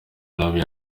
nabi